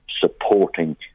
supporting